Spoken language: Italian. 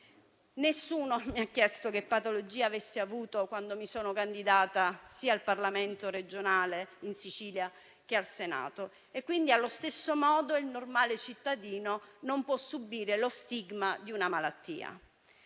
Nessuno mi ha chiesto che patologia avessi avuto quando mi sono candidata sia al Parlamento regionale in Sicilia sia al Senato: allo stesso modo, il normale cittadino non può subire lo stigma di una malattia.